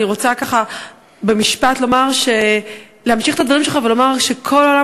אני רוצה במשפט להמשיך את הדברים שלך ולומר שכל העולם